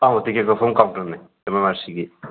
ꯑꯥ ticket ꯀꯛꯐꯝ ꯀꯥꯎꯟꯇꯔꯅꯦ M M R ꯁꯤꯒꯤ